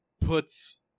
puts